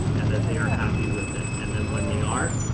and that they are happy with it. and then when they are,